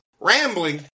Rambling